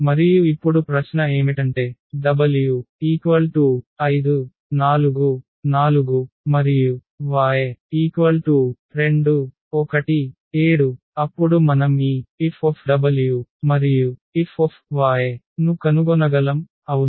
మరియు ఇప్పుడు ప్రశ్న ఏమిటంటే w544y217 అప్పుడు మనం ఈ Fw F ను కనుగొనగలం అవును